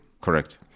Correct